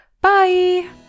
Bye